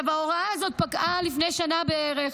ההוראה הזאת פקעה לפני שנה בערך,